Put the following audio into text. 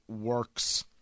works